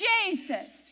Jesus